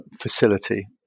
facility